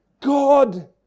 God